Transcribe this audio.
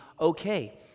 okay